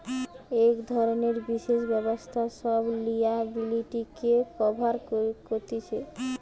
এক ধরণের বিশেষ ব্যবস্থা সব লিয়াবিলিটিকে কভার কতিছে